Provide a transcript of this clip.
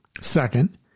Second